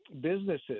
businesses